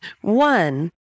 One